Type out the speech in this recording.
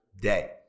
day